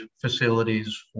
facilities